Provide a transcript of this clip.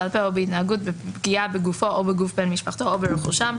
בעל פה או בהתנהגות בפגיעה בגופו או בגוף בן משפחתו או ברכושם,